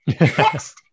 Next